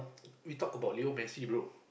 we talk about Leo Messi bro